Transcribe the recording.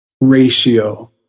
ratio